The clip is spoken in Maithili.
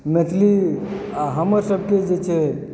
मैथिली आ हमर सबकेँ जे छै